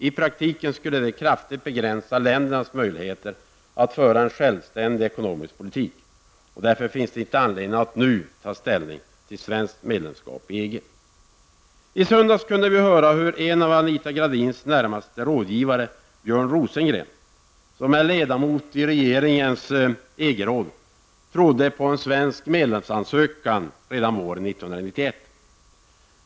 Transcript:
I praktiken skulle det kraftigt begränsa ländernas möjligheter att föra en självständig ekonomisk politik. Därför finns det inte anledning att nu ta ställning till svenskt medlemskap i EG. I söndags kunde vi höra att en av Anita Gradins närmaste rådgivare, Björn Rosengren, som är ledamot av regeringens EG-råd, trodde på en svensk medlemsansökan redan våren 1991.